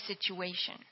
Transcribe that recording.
situation